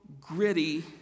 gritty